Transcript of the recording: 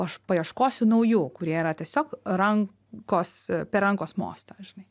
aš paieškosiu naujų kurie yra tiesiog rankos per rankos mostą žinai